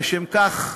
לשם כך,